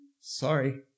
Sorry